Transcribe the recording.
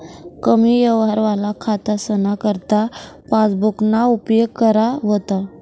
कमी यवहारवाला खातासना करता पासबुकना उपेग करा व्हता